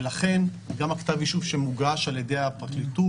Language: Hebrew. ולכן גם כתב האישום שמוגש על ידי הפרקליטות,